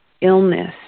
illness